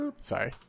Sorry